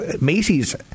Macy's